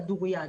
כדוריד.